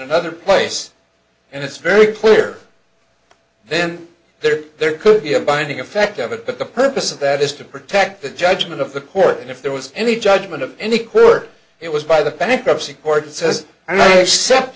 another place and it's very clear then there there could be a binding effect of it but the purpose of that is to protect the judgment of the court and if there was any judgment of any clerk it was by the panic upsy court says